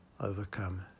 overcome